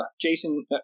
Jason